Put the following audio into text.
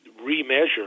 remeasure